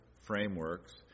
frameworks